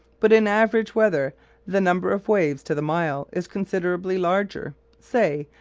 but in average weather the number of waves to the mile is considerably larger, say,